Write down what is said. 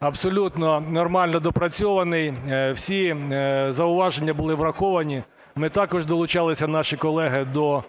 абсолютно нормально допрацьований, всі зауваження були враховані. Ми також долучалися, наші колеги, до